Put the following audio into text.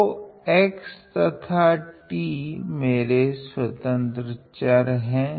तो x तथा t मेरे स्वतंत्र चर है